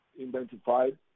identified